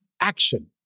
action